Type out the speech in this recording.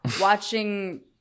watching